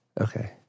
Okay